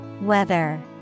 Weather